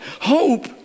Hope